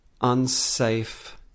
unsafe